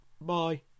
Bye